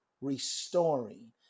restoring